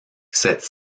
cette